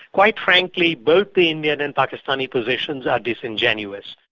quite frankly, both the indian and pakistani positions are disingenuous.